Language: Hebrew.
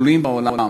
שלנו תלויים בעולם,